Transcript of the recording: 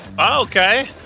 Okay